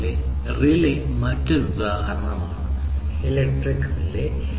അതുപോലെ ഒരു റിലേ മറ്റൊരു ഉദാഹരണമാണ് ഇലക്ട്രിക് റിലേ